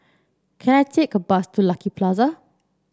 can I take a bus to Lucky Plaza